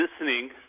listening